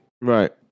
Right